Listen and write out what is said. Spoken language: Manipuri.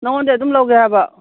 ꯅꯪꯉꯣꯟꯗꯒꯤ ꯑꯗꯨꯝ ꯂꯧꯒꯦ ꯍꯥꯏꯕ